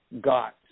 got